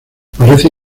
parece